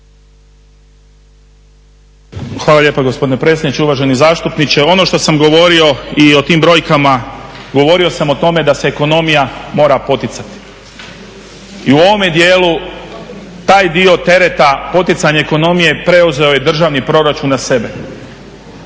Hvala lijepa gospodine predsjedniče. Uvaženi zastupniče, ono što sam govorio i o tim brojkama, govorio sam o tome da se ekonomija mora poticati. I u ovome dijelu taj dio tereta, poticanje ekonomije preuzeo je državni proračun na sebe.